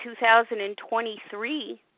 2023